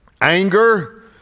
anger